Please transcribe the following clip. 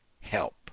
help